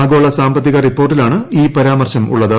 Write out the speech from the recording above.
ആഗോള സാമ്പത്തിക റിപ്പോർട്ടിലാണ് ഈ പരാമർശമുള്ളത്